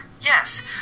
Yes